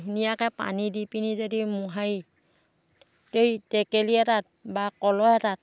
ধুনীয়াকে পানী দি পিনি যদি মোহাৰি এই টেকেলী এটাত বা কলহ এটাত